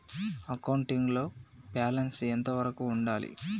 Accounting లో balance ఎంత వరకు ఉండాలి?